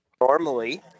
Normally